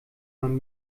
man